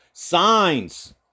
signs